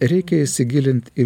reikia įsigilint į